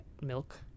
milk